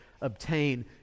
obtain